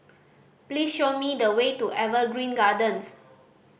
please show me the way to Evergreen Gardens